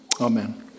amen